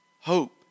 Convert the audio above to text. hope